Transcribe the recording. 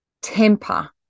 temper